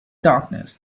darkness